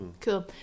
Cool